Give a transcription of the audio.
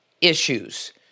issues –